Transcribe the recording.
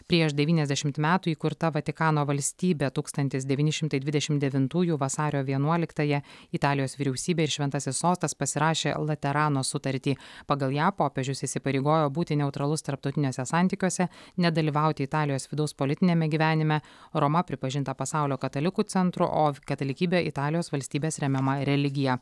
prieš devyniasdešimt metų įkurta vatikano valstybė tūkstantis devyni šimtai dvidešimt devintųjų vasario vienuoliktąją italijos vyriausybė ir šventasis sostas pasirašė laterano sutartį pagal ją popiežius įsipareigojo būti neutralus tarptautiniuose santykiuose nedalyvauti italijos vidaus politiniame gyvenime roma pripažinta pasaulio katalikų centru o katalikybė italijos valstybės remiama religija